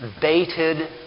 baited